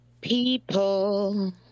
People